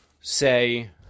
say